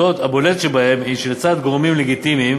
הבולטת שבהן היא שלצד גורמים לגיטימיים